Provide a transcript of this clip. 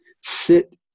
sit